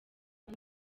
uko